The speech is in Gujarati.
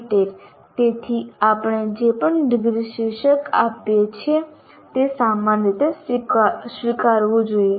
ટેક તેથી આપણે જે પણ ડિગ્રી શીર્ષક આપીએ છીએ તે સામાન્ય રીતે સ્વીકારવું પડશે